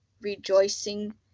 rejoicing